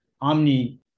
Omni